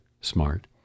smart